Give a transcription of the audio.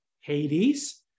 Hades